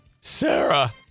Sarah